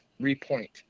Repoint